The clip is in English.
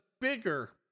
bigger